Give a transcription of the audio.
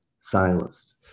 silenced